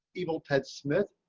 evil ted smith.